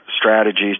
strategies